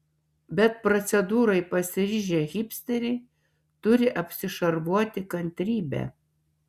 bet procedūrai pasiryžę hipsteriai turi apsišarvuoti kantrybe